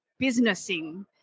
businessing